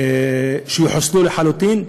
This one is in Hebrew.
שיחוסלו לחלוטין,